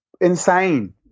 insane